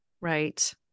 Right